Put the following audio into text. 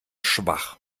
schwach